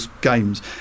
games